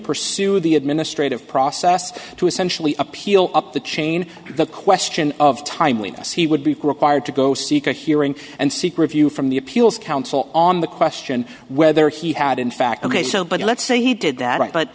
pursue the administrative process to essentially appeal up the chain the question of timeliness he would be required to go seek a hearing and seek review from the appeals council on the question whether he had in fact ok so but let's say he did that but